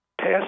pass